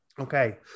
okay